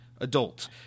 adult